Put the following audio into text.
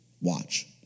Watch